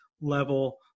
level